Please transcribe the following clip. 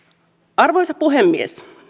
arvoisa puhemies